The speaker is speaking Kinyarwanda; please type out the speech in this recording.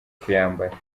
kuyambara